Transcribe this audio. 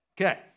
Okay